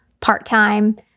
part-time